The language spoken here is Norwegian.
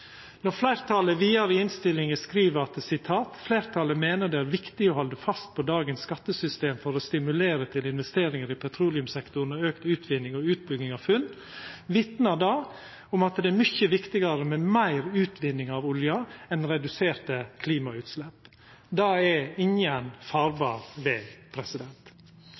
Fleirtalet skriv vidare i innstillinga: «Flertallet mener det er viktig å holde fast på dette, for å stimulere til investeringer i petroleumssektoren og økt utvinning og utbygging av funn.» Det vitnar om at det er mykje viktigare med meir utvinning av olja enn reduserte klimautslepp. Det er ingen farbar